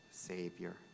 Savior